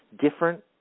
different